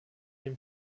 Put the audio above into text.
dem